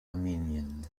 armenien